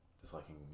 disliking